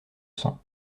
sang